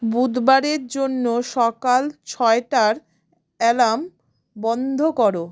বুধবারের জন্য সকাল ছয়টার অ্যালার্ম বন্ধ করো